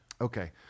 Okay